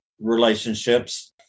relationships